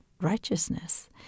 righteousness